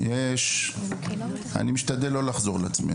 אני משתדל לא לחזור על עצמי,